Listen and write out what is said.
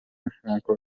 nk’uko